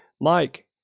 Mike